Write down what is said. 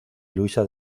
luisa